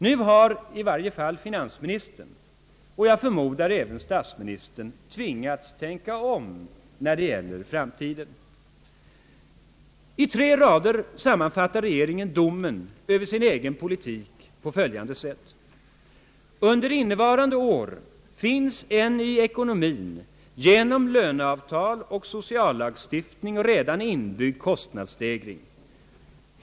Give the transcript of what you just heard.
Nu har i varje fall finansministern — och jag förmodar även statsministern — tvingats tänka om när det gäller framtiden. I tre rader sammanfattar regeringen domen över sin egen politik på följande sätt: »Under innevarande år finns en i ekonomien genom löneavtal och sociallagstiftning redan inbyggd kostnadsstegring.